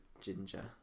Ginger